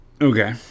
okay